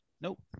nope